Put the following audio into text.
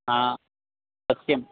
सत्यम्